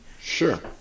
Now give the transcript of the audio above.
Sure